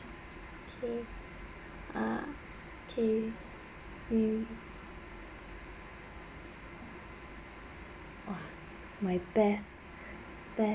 okay err okay mm !wah! my best